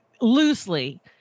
loosely